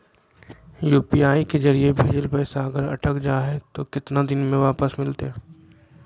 UPI के जरिए भजेल पैसा अगर अटक जा है तो कितना दिन में वापस मिलते?